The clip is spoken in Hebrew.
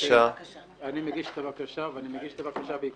אני מגיש את הבקשה בעקבות